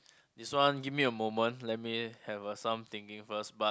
this one give me a moment let me have eh some thinking first but